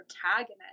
protagonist